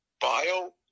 bio